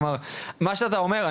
כלומר מה שאתה אומר,